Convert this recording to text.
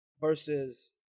versus